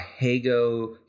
Hago